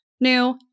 new